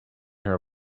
her